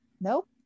Nope